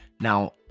Now